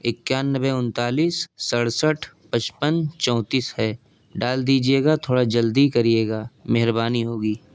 اکیانوے انتالیس سرسٹھ پچپن چونتیس ہے ڈال دیجیے گا تھوڑا جلدی کریے گا مہربانی ہوگی